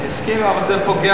אני מסכים, אבל זה פוגע,